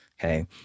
Okay